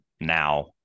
now